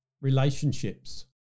relationships